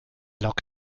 log